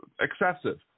excessive